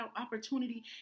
opportunity